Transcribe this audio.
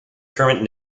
current